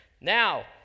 Now